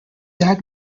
dag